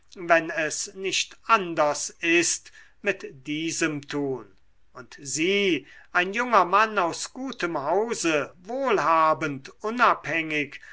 wenn es nicht anders ist mit diesem tun und sie ein junger mann aus gutem hause wohlhabend unabhängig